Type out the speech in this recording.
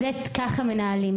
ככה מנהלים,